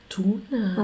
Tuna